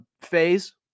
phase